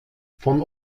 von